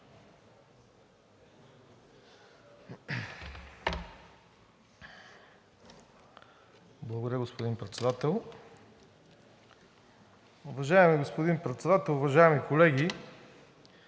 Благодаря, господин Председател. Уважаеми господин Председател, уважаеми колеги!